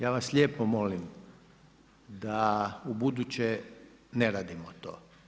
Ja vas lijepo molim da ubuduće ne radimo to.